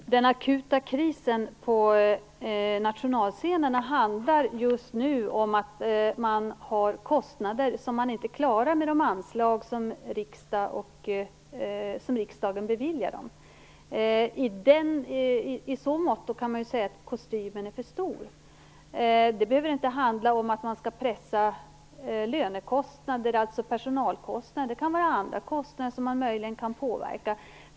Fru talman! Den akuta krisen för nationalscenerna handlar just nu om att man har kostnader som man inte klarar med de anslag som riksdagen beviljar. I så måtto kan kostymen sägas vara för stor. Det behöver inte handla om att man skall pressa personalkostnader. Det kan vara andra kostnader som man möjligen kan påverka.